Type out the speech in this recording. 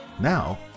Now